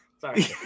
Sorry